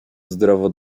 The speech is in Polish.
zdrowo